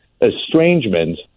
estrangement